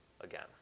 again